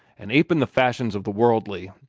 an' apin' the fashions of the worldly.